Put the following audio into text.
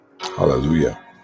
hallelujah